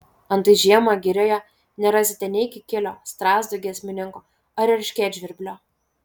antai žiemą girioje nerasite nei kikilio strazdo giesmininko ar erškėtžvirblio